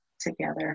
together